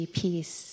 peace